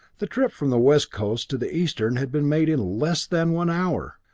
the trip from the west coast to the eastern had been made in less than one hour.